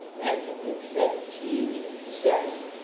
and in luke seventeen, jesus says,